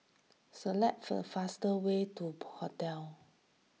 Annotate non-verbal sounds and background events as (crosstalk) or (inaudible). select the faster way to (unintelligible) Hotel